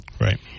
Right